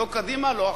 לא קדימה לא אחורה.